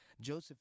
Joseph